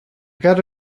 got